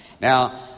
Now